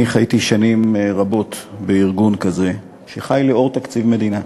אני חייתי שנים רבות בארגון כזה שחי לאור תקציב מדינה.